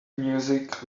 music